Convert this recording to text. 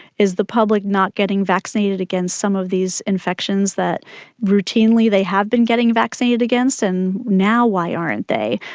is the public not getting vaccinated against some of these infections that routinely they have been getting vaccinated against? and now why aren't they?